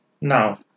Now